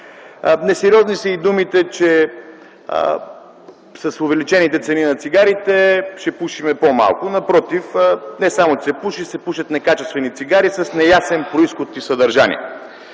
Несериозни са и думите, че с увеличените цени на цигарите ще пушим по-малко. Напротив – не само че се пуши, но се пушат некачествени цигари с неясен произход и съдържание.